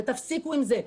תפסיקו עם זה.